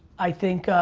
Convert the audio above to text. i think,